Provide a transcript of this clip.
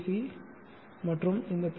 C மற்றும் இந்த B